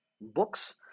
books